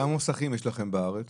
כמה מוסכים יש לכם בארץ?